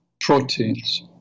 proteins